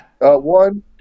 One